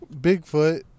Bigfoot